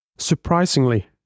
Surprisingly